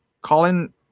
Colin